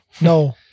No